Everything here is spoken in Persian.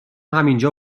همینجا